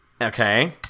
Okay